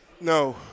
No